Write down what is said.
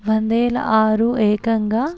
వందేల ఆరు ఏకంగా